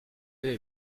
vais